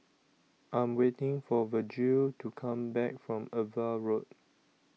I Am waiting For Virgil to Come Back from AVA Road